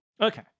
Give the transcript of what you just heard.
Okay